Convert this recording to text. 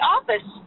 Office